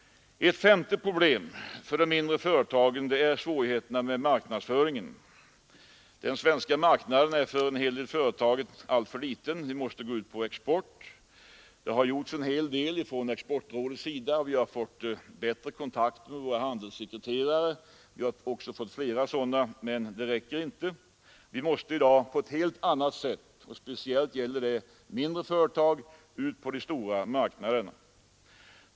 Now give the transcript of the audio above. Ett annat problem för främst de mindre företagen är svårigheterna med marknadsföringen. Den svenska marknaden är för många företag alltför liten, varför vi måste inrikta oss på export. En hel del har uträttats från exportrådets sida. Vi har fått flera handelssekreterare, och vi har också fått bättre kontakt med dem, men det räcker inte. Vi måste i dag på ett helt annat sätt — speciellt gäller detta mindre företag — ut på de stora marknaderna.